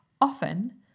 Often